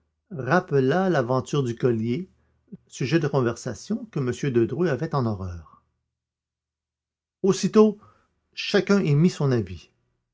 rappela l'aventure du collier sujet de conversation que m de dreux avait en horreur aussitôt chacun donna son avis